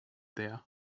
there